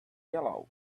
yellow